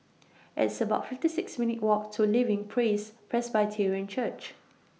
It's about fifty six minutes' Walk to Living Praise Presbyterian Church